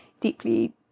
deeply